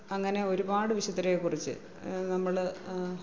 അങ്ങനെ ഒരുപാട് വിശുദ്ധരെകുറിച്ച് നമ്മള്